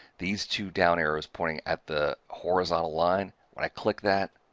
these two down-arrows pointing at the horizontal line, when i click that,